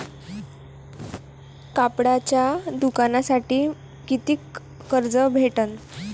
कापडाच्या दुकानासाठी कितीक कर्ज भेटन?